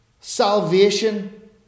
salvation